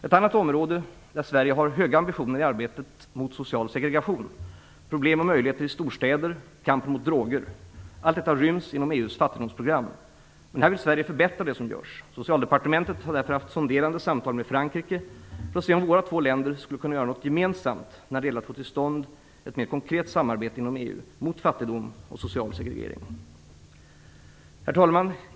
Ett annat område där Sverige har höga ambitioner är arbetet mot social segregation, problem och möjligheter i storstäder samt kamp mot droger. Allt detta ryms inom EU:s fattigdomsprogram. Sverige vill förbättra det som görs. Socialdepartementet har därför haft sonderande samtal med Frankrike för att se om vi skulle kunna göra något gemensamt när det gäller att få till stånd ett mer konkret samarbete inom EU mot fattigdom och social segregering. Herr talman!